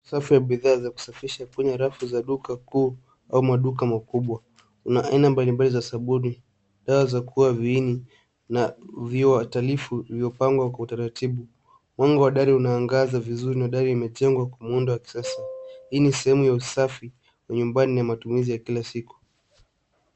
Safu za bidhaa za kusafisha kwenye rafu za duka kuu au maduka makubwa. Kuna aina mbalimbali za sabuni na dawa za kuua viini vimepangwa kwa utaratibu. Wingu wa dari unaangaza vizuri na dari imejengwa kwa muundo wa kisasa. Hii ni sehemu ya usafi wa nyumbani na matumizi ya kila siku.